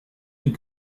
and